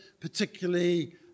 particularly